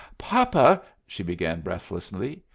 papa! she began, breathlessly.